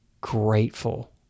grateful